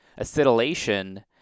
acetylation